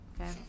Okay